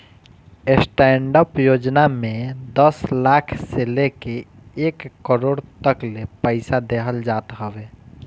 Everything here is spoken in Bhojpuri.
स्टैंडडप योजना में दस लाख से लेके एक करोड़ तकले पईसा देहल जात हवे